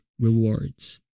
rewards